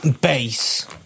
base